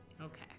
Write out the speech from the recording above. Okay